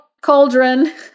cauldron